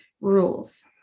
rules